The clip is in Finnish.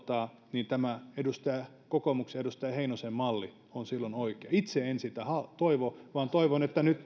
niin tämä kokoomuksen edustaja heinosen malli on silloin oikea itse en sitä toivo vaan toivon että nyt